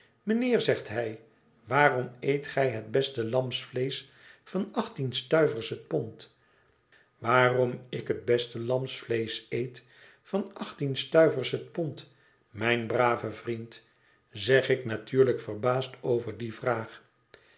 mijnheer zegt hij waarom eet gij het beste lamsvleesch van achttien stuivers het pond waarom ik het beste lamsvleesch eet van achttien stuivers het pond mijn brave vriend zeg ik natuurlijk verbaasd over die vraag